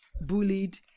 bullied